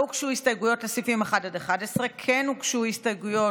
לא הוגשו הסתייגויות לסעיפים 1 11. כן הוגשו הסתייגויות